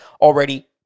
already